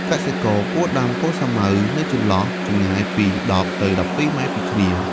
កសិករគួរដាំកូនសាវម៉ាវនៅចន្លោះចម្ងាយពី ១០ ទៅ ១២ ម៉ែត្រពីគ្នា។